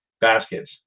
baskets